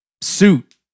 suit